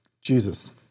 Jesus